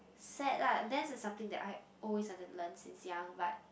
sad lah dance is something that I always wanted to learn since young but